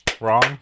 Wrong